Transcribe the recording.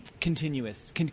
continuous